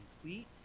complete